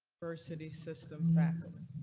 versity system backup.